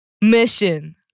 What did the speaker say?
mission